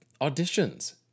auditions